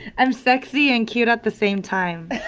i'm sexy and cute at the same time